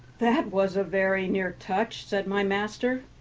that was a very near touch, said my master.